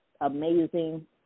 amazing